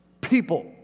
people